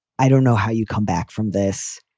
i don't know how you come back from this,